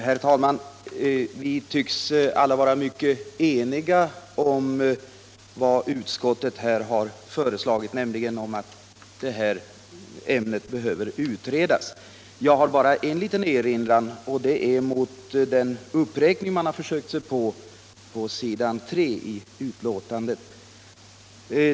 Herr talman! Vi tycks alla vara eniga om vad utskottet här har förordat, nämligen att ämnet behöver utredas. Jag har bara en liten erinran, och det är mot den uppräkning man har gjort på s. 3 i betänkandet.